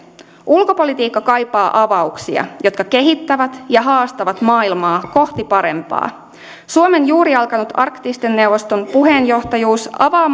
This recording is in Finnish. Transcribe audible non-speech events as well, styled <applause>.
ulkopolitiikka kaipaa avauksia jotka kehittävät ja haastavat maailmaa kohti parempaa suomen juuri alkanut arktisen neuvoston puheenjohtajuus avaa <unintelligible>